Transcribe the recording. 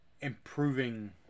improving